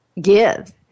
give